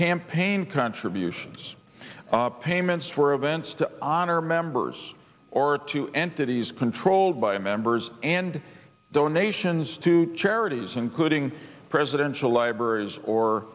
campaign contributions payments for events to honor members or to entities controlled by members and donations to charities including presidential libraries or